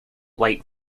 like